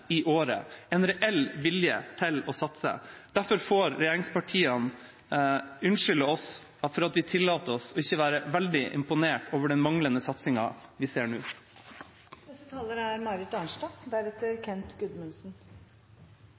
reell vilje til å satse. Derfor får regjeringspartiene unnskylde at vi tillater oss å ikke være veldig imponert over den manglende satsingen vi ser nå. Jeg skjønner at budskapet fra den blå-blå regjeringen i etterkant av dette skal være at det er